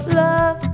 love